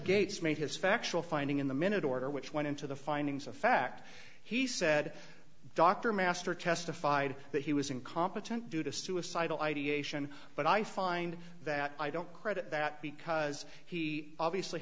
gates made his factual finding in the minute order which went into the findings of fact he said dr master testified that he was incompetent due to suicidal ideation but i find that i don't credit that because he obviously